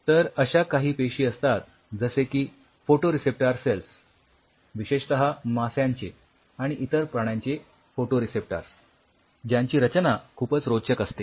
तर अश्या काही पेशी असतात जसे की फोटोरिसेप्टर सेल्स विशेषतः मास्यांचे आणि इतर प्राण्यांचे फ़ोटोरिसेप्टर्स ज्यांची रचना खूपच रोचक असते